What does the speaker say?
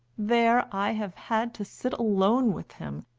there i have had to sit alone with him,